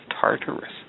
Tartarus